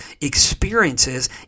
experiences